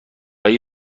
های